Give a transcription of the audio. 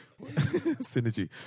synergy